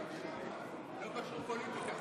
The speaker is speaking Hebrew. לא קשור פוליטיקה.